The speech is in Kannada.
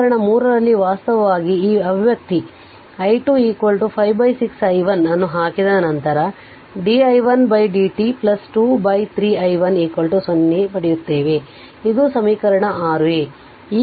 ಸಮೀಕರಣ 3 ರಲ್ಲಿ ವಾಸ್ತವವಾಗಿ ಈ ಅಭಿವ್ಯಕ್ತಿ i2 56 i1 ಅನ್ನು ಹಾಕಿದ ನಂತರ di1 dt 2 3 i1 0 ಪಡೆಯುತ್ತದೆ ಆದ್ದರಿಂದ ಇದು ಸಮೀಕರಣ 6 a